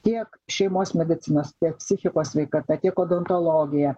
tiek šeimos medicinos tiek psichikos sveikata tiek odontologija